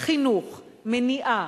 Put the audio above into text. חינוך, מניעה,